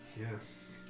Yes